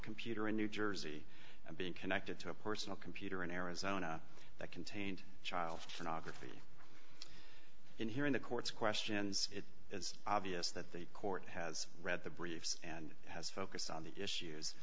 computer in new jersey and being connected to a personal computer in arizona that contained child pornography and here in the courts questions it is obvious that the court has read the briefs and has focused on the issues